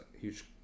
huge